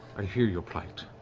i hear your plight.